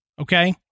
okay